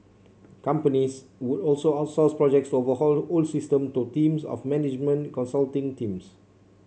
companies would also outsource projects to overhaul old system to teams of management consulting teams